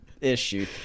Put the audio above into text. issue